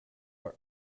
are